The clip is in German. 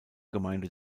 gemeinde